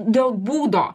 dėl būdo